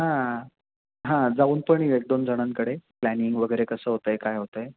हां हां जाऊन पण येऊयात दोन जणांकडे प्लॅनिंग वगैरे कसं होत आहे काय होत आहे